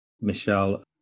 Michelle